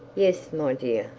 yes, my dear.